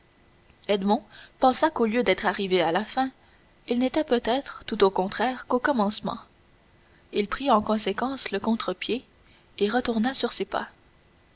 pensa qu'au lieu d'être arrivé à la fin il n'était peut-être tout au contraire qu'au commencement il prit en conséquence le contre-pied et retourna sur ses pas